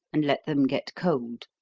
and let them get cold,